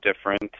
different